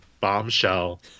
bombshell